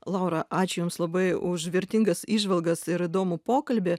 laura ačiū jums labai už vertingas įžvalgas ir įdomų pokalbį